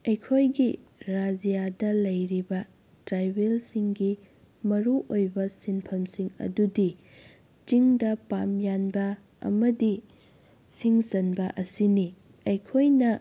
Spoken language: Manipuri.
ꯑꯩꯈꯣꯏꯒꯤ ꯔꯥꯏꯖ꯭ꯌꯗ ꯂꯩꯔꯤꯕ ꯇꯔꯥꯏꯕꯦꯜ ꯁꯤꯡꯒꯤ ꯃꯔꯨ ꯑꯣꯏꯕ ꯁꯤꯟꯐꯝ ꯁꯤꯡ ꯑꯗꯨꯗꯤ ꯆꯤꯡꯗ ꯄꯥꯝ ꯌꯥꯟꯕ ꯑꯃꯗꯤ ꯁꯤꯡ ꯆꯟꯕ ꯑꯁꯤꯅꯤ ꯑꯩꯈꯣꯏꯅ